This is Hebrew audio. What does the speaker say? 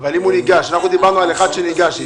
דיברנו על אחד שניגש.